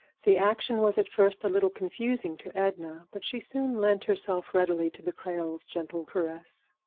the action was at first a little confusing to edna, but she soon lent herself readily to the creole's gentle caress.